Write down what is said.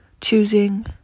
Choosing